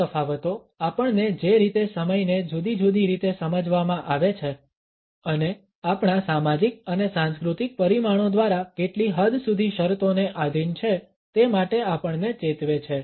આ તફાવતો આપણને જે રીતે સમયને જુદી જુદી રીતે સમજવામાં આવે છે અને આપણા સામાજિક અને સાંસ્કૃતિક પરિમાણો દ્વારા કેટલી હદ સુધી શરતોને આધીન છે તે માટે આપણને ચેતવે છે